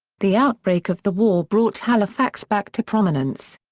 the outbreak of the war brought halifax back to prominence.